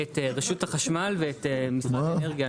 את רשות החשמל ואת משרד האנרגיה.